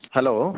hello